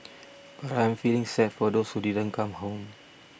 but I am feeling sad for those who didn't come home